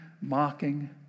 mocking